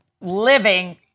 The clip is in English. living